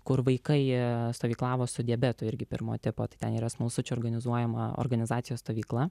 kur vaikai stovyklavo su diabetu irgi pirmo tipo tai ten yra smalsučio organizuojama organizacijos stovykla